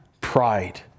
pride